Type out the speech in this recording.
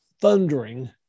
thundering